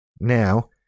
Now